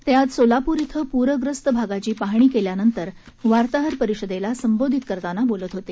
ते आज सोलापूर इथं पूरग्रस्त भागाची पाहणी केल्यानंतर वार्ताहर परिषदेला संबोधित करताना बोलत होते